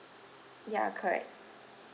ya correct